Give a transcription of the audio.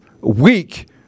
weak